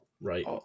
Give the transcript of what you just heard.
right